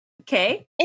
Okay